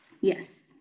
Yes